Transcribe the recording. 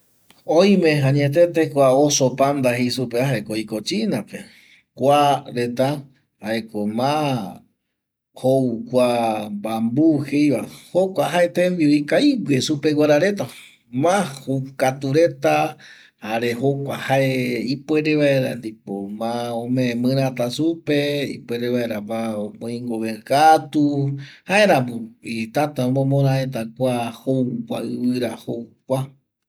Oime añetete kua oso panda jei supeva jaeko oiko chinape kuareta jaeko ma jou jaeko kua mbambu jeiva, jokua jae tembiu ikavigue supeguara reta ma joukatu reta jare jokua jae ipuere vaera ndipo ma ome mirata supe, ipuere vaera ma omoingove katu jaeramovi täta omomora kua jou kua ivira jou kua